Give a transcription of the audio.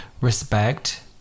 respect